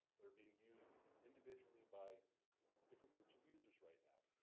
that are being used individually by different groups of users right now.